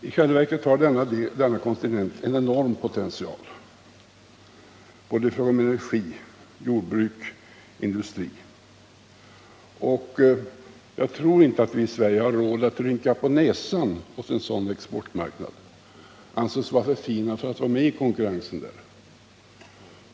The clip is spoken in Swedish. I själva verket har denna kontinent en enorm potential, i fråga om energi, jordbruk och industri. Jag tror inte att vi i Sverige har råd att rynka på näsan åt en sådan exportmarknad, anse oss vara för fina att vara med i konkurrensen där.